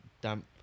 Damp